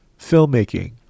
filmmaking